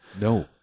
No